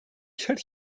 کرد